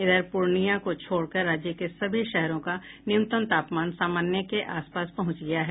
इधर पूर्णिया को छोड़कर राज्य के सभी शहरों का न्यूनतम तापमान सामान्य के आस पास पहुंच गया है